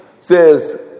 says